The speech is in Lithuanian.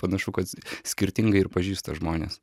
panašu kad skirtingai ir pažįsta žmonės